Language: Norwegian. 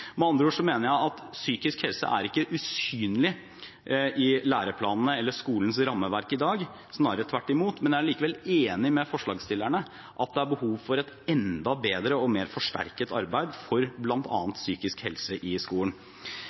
Med andre ord mener jeg at psykisk helse ikke er usynlig i læreplanene eller skolens rammeverk i dag, snarere tvert imot. Men jeg er likevel enig med forslagsstillerne i at det er behov for et enda bedre og mer forsterket arbeid for bl.a. psykisk helse i skolen.